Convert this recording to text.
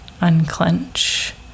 unclench